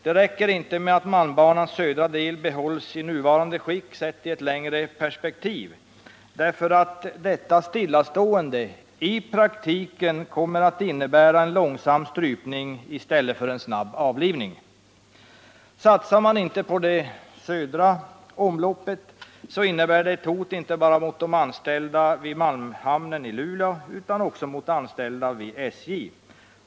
Det räcker inte med att malmbanans södra del bibehålles i nuvarande skick, sett i ett längre perspektiv, därför att detta stillastående i praktiken kommer att innebära en långsam strypning i stället för en snabb avlivning. Satsar man inte på det södra omloppet, så innebär det ett hot inte bara mot de anställda vid malmhamnen i Luleå utan även mot anställda vid SJ.